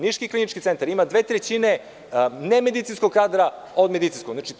Niški klinički centar ima 2/3 nemedicinskog kadra od medicinskog kadra.